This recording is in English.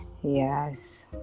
yes